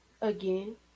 again